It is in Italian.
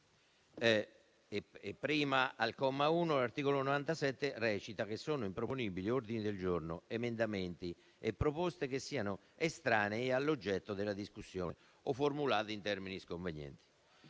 E al comma 1, sempre l'articolo 97 recita che: «Sono improponibili ordini del giorno, emendamenti e proposte che siano estranei all'oggetto della discussione o formulati in termini sconvenienti».